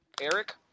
Eric